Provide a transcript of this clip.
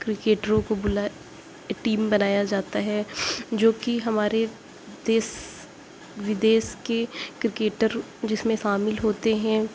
کرکٹروں کو بلا ٹیم بنایا جاتا ہے جو کہ ہمارے دیس ودیس کے کرکٹر جس میں شامل ہوتے ہیں